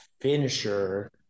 finisher